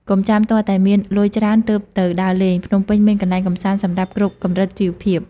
កុំចាំទាល់តែមានលុយច្រើនទើបទៅដើរលេង ភ្នំពេញមានកន្លែងកម្សាន្តសម្រាប់គ្រប់កម្រិតជីវភាព។